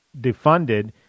defunded